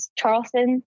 Charleston